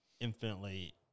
infinitely